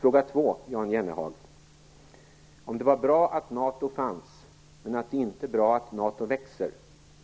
Fråga två: Jan Jennehag sade att det var bra att NATO fanns, men att det inte är bra att NATO växer.